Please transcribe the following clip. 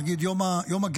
ואני אגיד: יום הגבר.